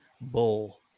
Bull